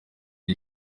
ine